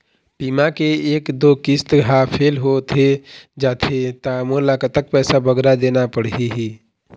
बीमा के एक दो किस्त हा फेल होथे जा थे ता मोला कतक पैसा बगरा देना पड़ही ही?